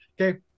okay